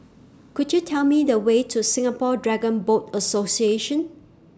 Could YOU Tell Me The Way to Singapore Dragon Boat Association